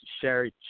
share